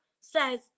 says